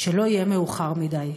שלא יהיה מאוחר מדי.